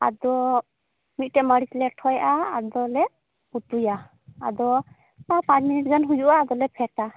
ᱟᱫᱚ ᱢᱤᱫᱴᱮᱡ ᱢᱟᱹᱨᱤᱡ ᱞᱮ ᱴᱷᱚᱡᱟ ᱟᱫᱚᱞᱮ ᱩᱛᱩᱭᱟ ᱟᱫᱚ ᱯᱟᱸᱪᱢᱤᱱᱤᱴ ᱜᱟᱱ ᱦᱩᱭᱩᱜᱼᱟ ᱟᱫᱚᱞᱮ ᱯᱷᱮᱰᱟ